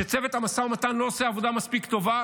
שצוות המשא ומתן לא עושה עבודה מספיק טובה,